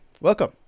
welcome